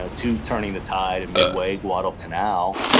ah to turning the tide at midway, guadalcanal.